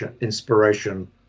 inspiration